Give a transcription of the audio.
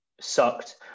sucked